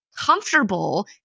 comfortable